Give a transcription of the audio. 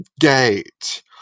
gate